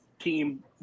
team